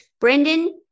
brendan